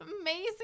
amazing